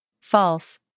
False